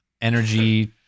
energy